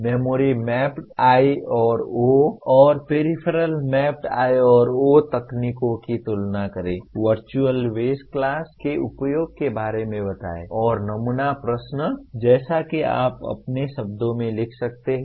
memory mapped memory और नमूना प्रश्न जैसा कि आप अपने शब्दों में लिख सकते हैं